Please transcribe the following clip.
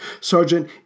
Sergeant